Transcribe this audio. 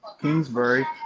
Kingsbury